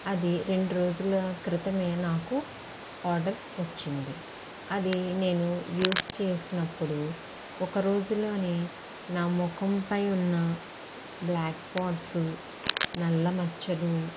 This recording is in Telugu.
అది రెండు రోజుల క్రితమే నాకు ఆర్డర్ వచ్చింది అది నేను యూస్ చేసినప్పుడు ఒకరోజులోనే నా ముఖం పై ఉన్న బ్ల్యాక్ స్పాట్స్ నల్ల మచ్చలు